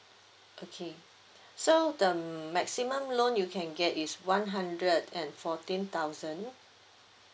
okay so the maximum loan you can get is one hundred and fourteen thousand